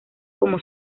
como